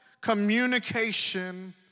communication